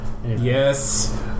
yes